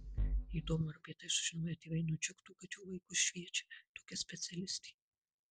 įdomu ar apie tai sužinoję tėvai nudžiugtų kad jų vaikus šviečia tokia specialistė